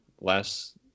last